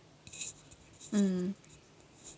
mm